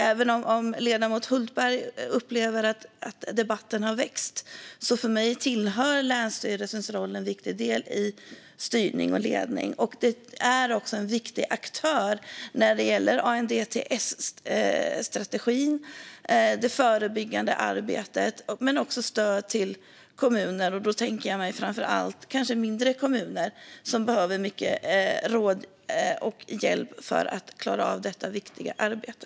Även om ledamoten Hultberg upplever att debatten har växt är länsstyrelsens roll för mig en viktig del i styrning och ledning. Länsstyrelsen är också en viktig aktör när det gäller ANDTS-strategin och det förebyggande arbetet, men också stödet till kommuner. Då tänker jag kanske framför allt på mindre kommuner, som behöver mycket råd och hjälp för att klara av detta viktiga arbete.